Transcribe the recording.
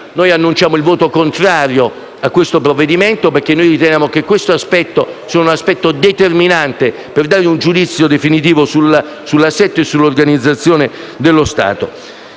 annunciamo il voto contrario al provvedimento in esame, convinti che questo sia un aspetto determinante per dare un giudizio definitivo sull'assetto e sull'organizzazione dello Stato.